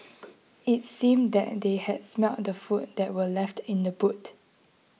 it seemed that they had smelt the food that were left in the boot